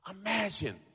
Imagine